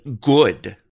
good